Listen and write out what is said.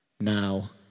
now